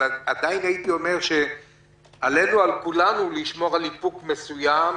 אבל עדיין הייתי אומר שעל כולנו לשמור על איפוק מסוים,